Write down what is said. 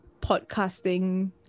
podcasting